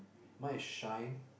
mine is shine